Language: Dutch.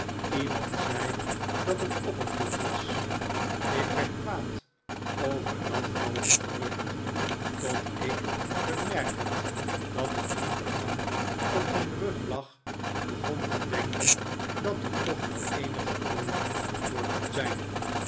iemand zei dat het copperfield was ik werd kwaad over dat valsche gerucht tot ik bemerkend dat ik in de gang op mijn rug lag begon te denken dat er toch wel eenige grond voor kon zijn